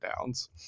downs